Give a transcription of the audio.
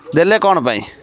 ଦେଲେ କ'ଣ ପାଇଁ